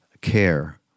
care